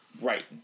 right